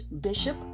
Bishop